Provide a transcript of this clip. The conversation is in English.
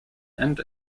and